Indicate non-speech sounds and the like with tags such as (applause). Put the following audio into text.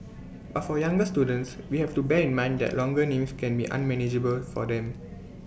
(noise) but for younger students we have to bear in mind that longer names can be unmanageable for them